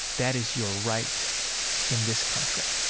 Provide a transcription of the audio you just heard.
that is your right in this country.